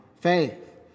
faith